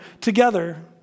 together